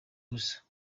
gusa